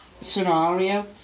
scenario